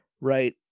right